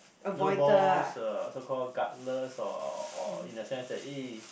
no balls uh so call gutless or or in the sense that uh